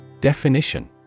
Definition